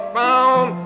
found